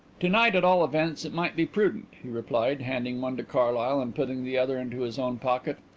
to-night, at all events, it might be prudent, he replied, handing one to carlyle and putting the other into his own pocket.